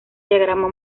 diagrama